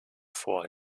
vor